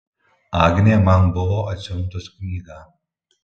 agnė man buvo atsiuntus knygą